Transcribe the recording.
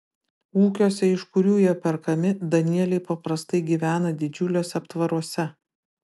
ūkiuose iš kurių jie perkami danieliai paprastai gyvena didžiuliuose aptvaruose